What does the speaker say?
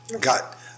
got